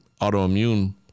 autoimmune